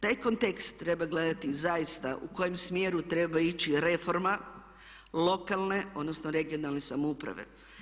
Taj kontekst treba gledati zaista u kojem smjeru treba ići reforma lokalne odnosno regionalne samouprave.